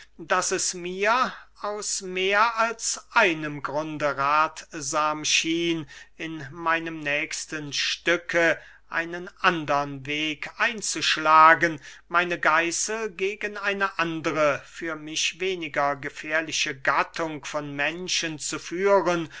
daß es mir aus mehr als einem grunde rathsam schien in meinem nächsten stücke einen andern weg einzuschlagen meine geißel gegen eine andere für mich weniger gefährliche gattung von menschen zu führen